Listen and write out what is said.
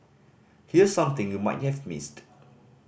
here's something you might have missed